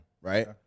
right